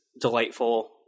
delightful